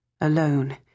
Alone